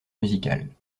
musical